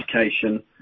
education